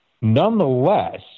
nonetheless